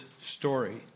story